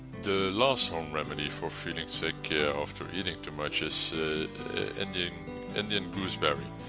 the last home remedy for feeling sick after eating too much is indian indian gooseberry.